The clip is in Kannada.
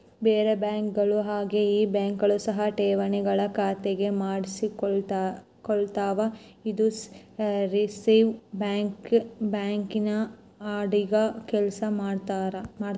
ಬೇರೆ ಬ್ಯಾಂಕುಗಳ ಹಾಗೆ ಈ ಬ್ಯಾಂಕ್ ಸಹ ಠೇವಣಿಗಳನ್ನು ಖಾತೆಗೆ ಮಾಡಿಸಿಕೊಳ್ತಾವ ಇದು ರಿಸೆರ್ವೆ ಬ್ಯಾಂಕಿನ ಅಡಿಗ ಕೆಲ್ಸ ಮಾಡ್ತದೆ